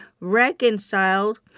reconciled